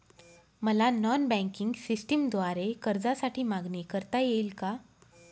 मला non banking सिस्टमद्वारे कर्जासाठी मागणी करता येईल का?